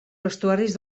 vestuaris